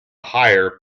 hire